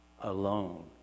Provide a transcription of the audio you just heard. alone